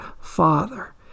father